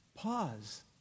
Pause